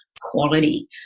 quality